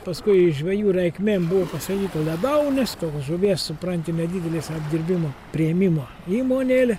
paskui žvejų reikmėm buvo pastatyta ledaunės tos žuvies supranti nedidelis apdirbimo priėmimo įmonėlė